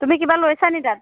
তুমি কিবা লৈছা নি তাত